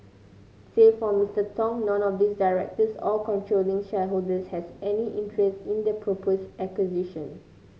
save for Mister Tong none of the directors or controlling shareholders has any interest in the proposed acquisition